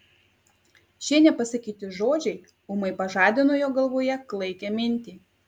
šie nepasakyti žodžiai ūmai pažadino jo galvoje klaikią mintį